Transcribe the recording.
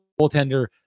goaltender